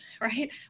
right